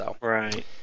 Right